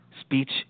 speech